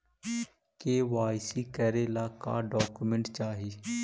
KYC करे ला का का डॉक्यूमेंट चाही?